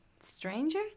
Stranger